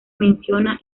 menciona